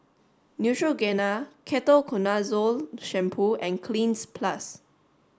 Neutrogena Ketoconazole shampoo and Cleanz plus